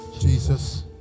Jesus